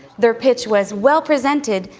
their pitch was well presented,